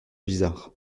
bizarre